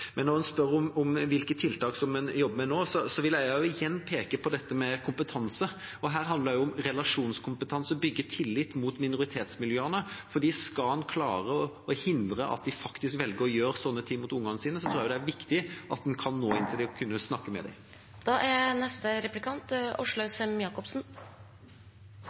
Når hun spør om hvilke tiltak en jobber med nå, vil jeg igjen peke på dette med kompetanse. Her handler det om relasjonskompetanse, om å bygge tillit i minoritetsmiljøene – for skal en klare å hindre at noen faktisk velger å gjøre noe slikt mot ungene sine, er det viktig å nå dem og kunne snakke med dem. I denne debatten, og også i saken før, har det vært vist til et utall av rapporter som viser negative ting. Jeg er